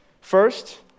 First